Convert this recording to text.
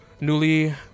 newly